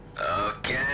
Okay